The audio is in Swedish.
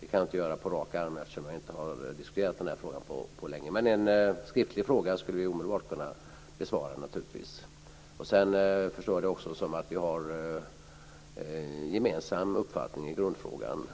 Det kan jag inte göra på rak arm eftersom jag inte har diskuterat den här frågan på länge. Men en skriftlig fråga skulle jag naturligtvis omedelbart kunna besvara. Sedan förstår jag det också så att vi har en gemensam uppfattning i grundfrågan.